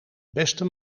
beste